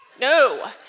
no